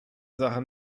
sache